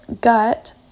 gut